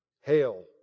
hail